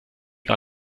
gar